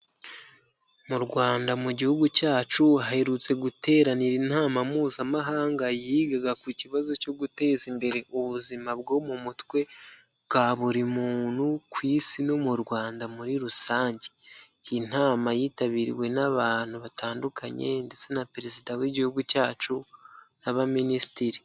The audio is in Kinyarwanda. Mu Rwanda mu gihugu cyacu haherutse guteranira inama mpuzamahanga yigaga ku kibazo cyo guteza imbere ubuzima bwo mu mutwe bwa buri muntu ku isi no mu Rwanda muri rusange, iyi nama yitabiriwe n'abantu batandukanye ndetse na perezida w'igihugu cyacu n'abaminisitiri.